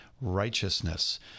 righteousness